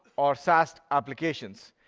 or saas applications.